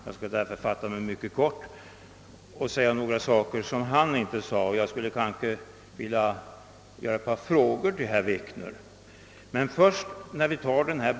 Jag kan därför fatta mig mycket kort och inskränka mig till att beröra ett par saker som han inte tog upp. Jag skulle vilja ställa ett par frågor till herr Wikner.